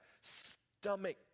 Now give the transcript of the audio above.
stomach